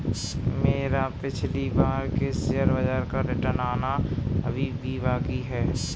मेरा पिछली बार के शेयर बाजार का रिटर्न आना अभी भी बाकी है